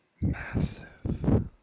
Massive